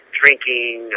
drinking